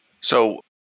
So-